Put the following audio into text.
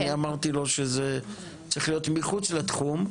אני אמרתי לו שזה צריך להיות מחוץ לתחום,